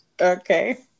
Okay